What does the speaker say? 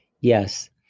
Yes